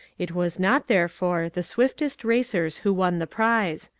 it was not, therefore, the swiftest racers who won the prize.